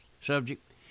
subject